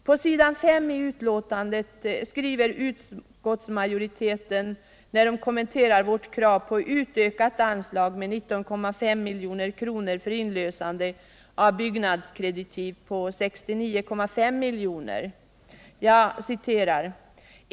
På s. 5 i betänkandet skriver utskottsmajoriteten när den kommenterar vårt krav på utökat anslag med 19,5 milj.kr. för inlösande av byggnadskreditiv på 69,5 mij. kr.